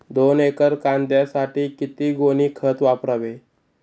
दोन एकर कांद्यासाठी किती गोणी खत वापरावे?